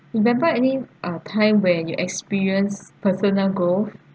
remember any ah time when you experience personal growth